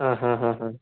ആ ഹാ ഹാ ഹാ